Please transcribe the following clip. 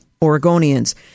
Oregonians